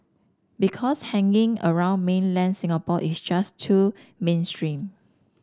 because hanging around mainland Singapore is just too mainstream